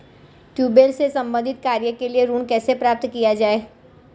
Tubewell से संबंधित कार्य के लिए ऋण कैसे प्राप्त किया जाए?